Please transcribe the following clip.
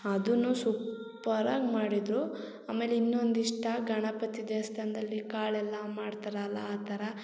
ಅದುನು ಸೂಪರಾಗಿ ಮಾಡಿದ್ದರು ಆಮೇಲೆ ಇನ್ನೊಂದು ಇಷ್ಟ ಗಣಪತಿ ದೇವ್ಸ್ಥಾನ್ದಲ್ಲಿ ಕಾಳೆಲ್ಲ ಮಾಡ್ತರಾಲ್ಲ ಆ ಥರ